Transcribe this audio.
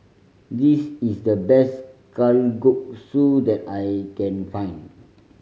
this is the best Kalguksu that I can find